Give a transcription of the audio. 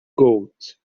goat